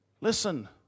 listen